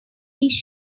these